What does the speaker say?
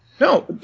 No